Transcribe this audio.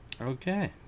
okay